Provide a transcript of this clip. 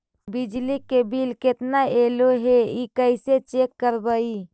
बिजली के बिल केतना ऐले हे इ कैसे चेक करबइ?